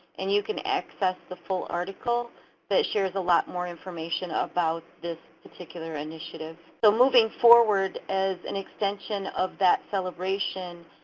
and you can access the full article that shares a lot more information about this particular initiative. so moving forward as an extension of that celebration,